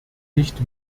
nicht